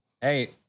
Hey